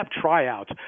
tryouts